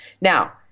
Now